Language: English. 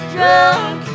Drunk